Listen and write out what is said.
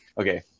okay